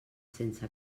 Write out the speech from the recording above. sense